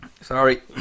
Sorry